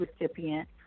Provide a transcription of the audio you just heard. recipient